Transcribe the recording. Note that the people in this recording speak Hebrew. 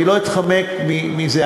אני לא אתחמק מזה.